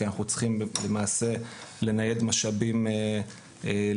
כי אנחנו למעשה צריכים לנייד משאבים למירון.